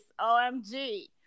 OMG